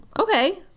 okay